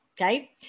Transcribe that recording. okay